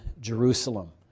Jerusalem